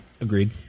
agreed